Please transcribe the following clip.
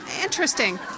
Interesting